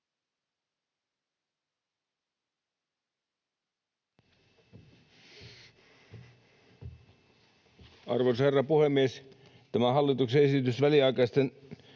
Arvoisa herra puhemies! Tämä hallituksen esitys väliaikaisesta